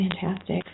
Fantastic